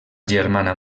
germana